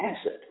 acid